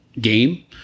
game